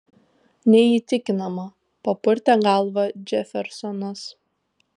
neįtikinama papurtė galvą džefersonas